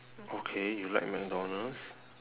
okay you like mcdonald's